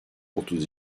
otuz